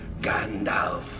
Gandalf